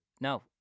no